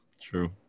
true